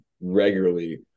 regularly